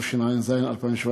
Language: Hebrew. התשע"ז 2017,